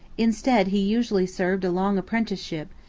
instead, he usually served a long apprenticeship,